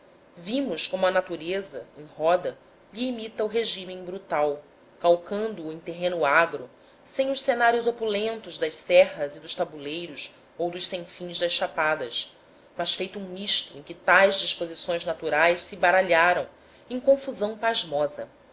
vimos como a natureza em roda lhe imita o regime brutal calcando o em terreno agro sem os cenários opulentos das serras e dos tabuleiros ou dos sem fins das chapadas mas feito um misto em que tais disposições naturais se baralham em confusão pasmosa